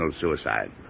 suicide